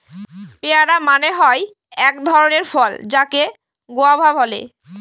পেয়ারা মানে হয় এক ধরণের ফল যাকে গুয়াভা বলে